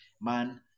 man